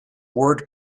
word